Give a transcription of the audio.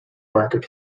market